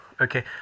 okay